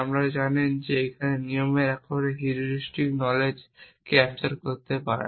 আপনি জানেন যে আপনি নিয়মের আকারে হিউরিস্টিক নলেজ ক্যাপচার করতে পারেন